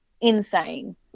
insane